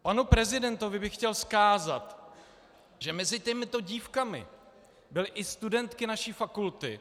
Panu prezidentovi bych chtěl vzkázat, že mezi těmito dívkami byly i studentky naší fakulty.